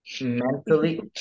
Mentally